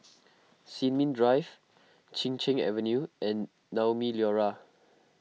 Sin Ming Drive Chin Cheng Avenue and Naumi Liora